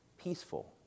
peaceful